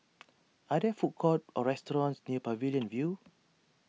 are there food courts or restaurants near Pavilion View